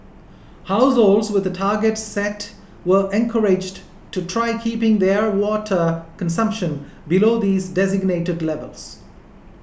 households with targets set were encouraged to try keeping their water consumption below these designated levels